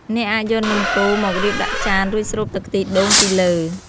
អ្នកអាចយកនំកូរមករៀបដាក់ចាន រួចស្រូបទឹកខ្ទិះដូងពីលើ។